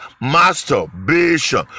masturbation